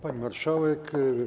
Pani Marszałek!